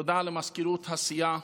תודה למזכירות הסיעה